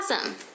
awesome